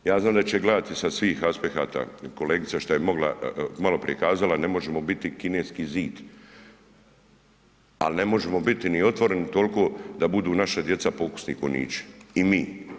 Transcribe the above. Ja znam da će gledati sa svih aspekata kolegice šta je mogla, maloprije kazala, ne možemo biti kineski zid, ali ne možemo biti ni otvoreni tolko da budu naša djeca pokusni kunići i mi.